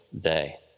day